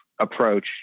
approach